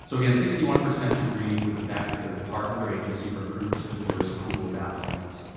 so again, sixty one percent agree with the fact that their department or agency recruits a diverse pool of applicants.